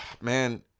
man